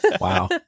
wow